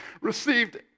received